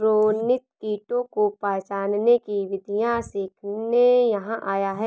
रोनित कीटों को पहचानने की विधियाँ सीखने यहाँ आया है